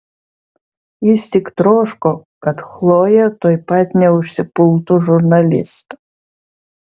jis tik troško kad chlojė tuoj pat neužsipultų žurnalisto